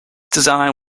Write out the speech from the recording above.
design